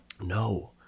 No